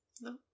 No